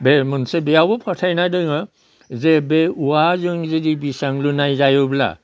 बे मोनसे बेयावबो फोथायनाय दोङो जे बे औवाजों जुदि बिसांजो नायजायोब्ला